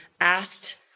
asked